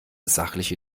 sachliche